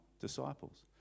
disciples